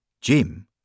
Jim